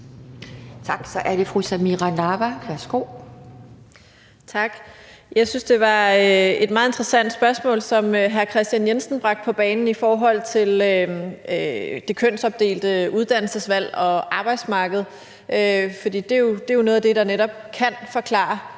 Kl. 15:54 Samira Nawa (RV): Tak. Jeg synes det var et meget interessant spørgsmål, som hr. Kristian Jensen bragte på banen i forhold til det kønsopdelte uddannelsesvalg og arbejdsmarked, for det er jo noget af det, der netop kan forklare